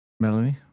Melanie